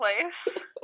place